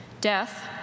death